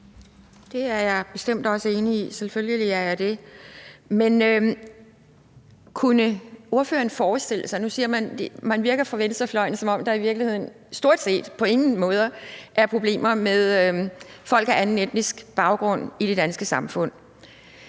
Det er jeg bestemt også enig i. Selvfølgelig er jeg det. Det virker, som om man på venstrefløjen mener, at der i virkeligheden stort set på ingen måder er problemer med folk af anden etnisk baggrund i det danske samfund.